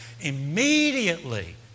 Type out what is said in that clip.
immediately